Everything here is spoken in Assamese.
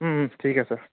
ঠিক আছে